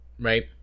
Right